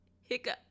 Hiccup